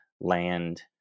land